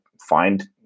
find